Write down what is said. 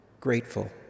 grateful